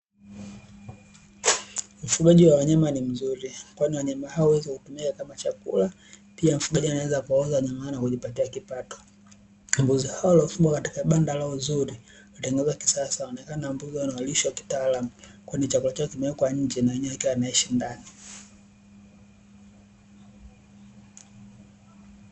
Ufugaji wa wanyama ni mzuri, kwani wanyama hao huweza kutumika kama chakula, pia mfugaji anaweza kuwauza na kujipatia kipato. Mbuzi hawa waliofugwa katika banda lao zuri na kutengenezwa kisasa wanaonekana ni mbuzi wanaolishwa kitaalamu, kwani chakula chao kimewekwa nje na wenyewe wakiwa wanaishi ndani.